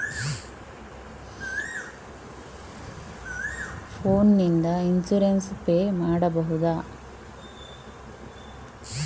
Phone ನಿಂದ insurance pay ಮಾಡಬಹುದ?